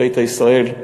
"ביתא ישראל",